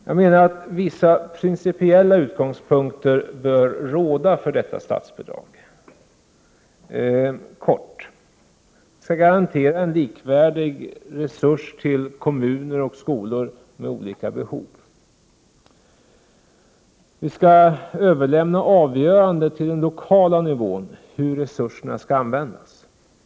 Jag menar att vissa principiella utgångspunkter bör gälla för detta statsbidrag. Det kan uttryckas kort. Det skall garantera en likvärdig resurs till skolor och kommuner med olika behov. Det skall lämna avgörandet om hur resurserna skall användas till den lokala nivån.